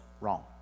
wrong